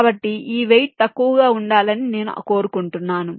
కాబట్టి ఈ వెయిట్ తక్కువగా ఉండాలని నేను కోరుకుంటున్నాను